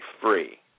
free